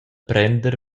prender